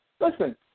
listen